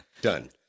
Done